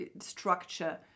structure